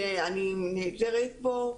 שאני נעזרת בו.